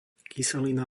kyselina